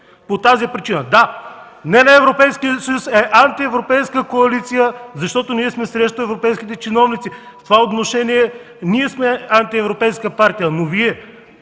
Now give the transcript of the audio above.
по тази причина. Да, не на Европейския съюз е антиевропейска коалиция, защото ние сме срещу европейските чиновници. Ние сме антиевропейска партия, но Вие